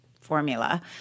formula